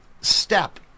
step